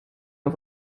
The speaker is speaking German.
auf